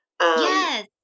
yes